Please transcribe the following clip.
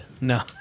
no